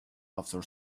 after